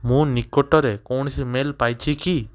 ମୁଁ ନିକଟରେ କୌଣସି ମେଲ୍ ପାଇଛି କି